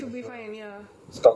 has to be topped up ya